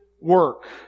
work